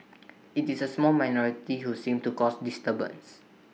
IT is A small minority who seem to cause disturbance